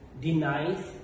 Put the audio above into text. denies